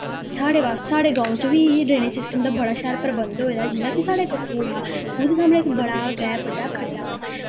साढ़े आस्तै साढ़े ग्राएं च बी ड्रेनेज़ सिस्टम बड़ा शैल प्रबंध होए दा जि'यां कि साढ़ै इक खूह् हा ओह्दे सामनै इक बड़ा गै बड्डा खड्डा हा